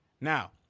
Now